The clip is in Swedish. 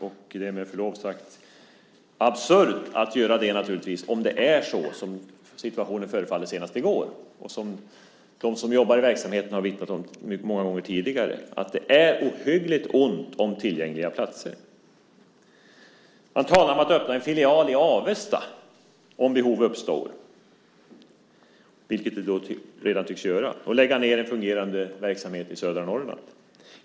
Det är med förlov sagt absurt att göra det om det är så som situationen föreföll senast i går. De som jobbar i verksamheten har många gånger tidigare vittnat om att det är ohyggligt ont om tillgängliga platser. Man talar om att öppna en filial i Avesta om behov uppstår - vilket det redan tycks göra - och lägga ned en fungerande verksamhet i södra Norrland.